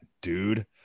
dude